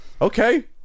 okay